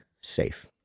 safe